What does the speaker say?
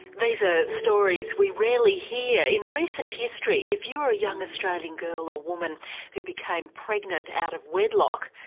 these are stories we rarely hear. in recent history if you were a young australian girl or woman who became pregnant out of wedlock,